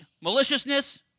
maliciousness